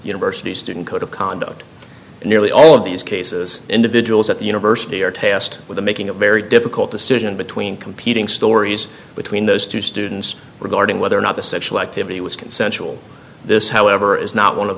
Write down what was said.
university student code of conduct nearly all of these cases individuals at the university are tasked with making a very difficult decision between competing stories between those two students regarding whether or not the sexual activity was consensual this however is not one of